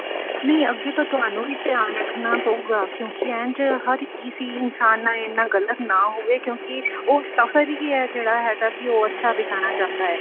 ਨਹੀਂ ਅੱਗੇ ਤੋਂ ਤੁਹਾਨੂੰ ਹੀ ਧਿਆਨ ਰੱਖਣਾ ਪਵੇਗਾ ਕਿਉਂਕਿ ਇੰਝ ਹਰ ਕਿਸੀ ਇਨਸਾਨ ਨਾਲ਼ ਇੰਨਾ ਗਲਤ ਨਾ ਹੋਵੇ ਕਿਉਂਕਿ ਉਹ ਸਫ਼ਰ ਹੀ ਹੈ ਜਿਹੜਾ ਹੈਗਾ ਕਿ ਉਹ ਅੱਛਾ ਦਿਖਾਉਣਾ ਚਾਹੁੰਦਾ ਹੈ